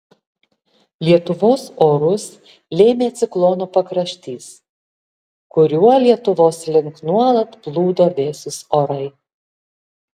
lietuvos orus lėmė ciklono pakraštys kuriuo lietuvos link nuolat plūdo vėsūs orai